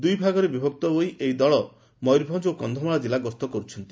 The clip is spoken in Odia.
ଦୁଇ ଭାଗରେ ବିଭକ୍ତ ହୋଇ ଏହି ଦଳ ମୟରଭଞ ଓ କକ୍ଷମାଳ ଜିଲ୍ଲା ଗସ୍ତ କରୁଛନ୍ତି